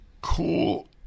cool